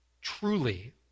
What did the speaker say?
truly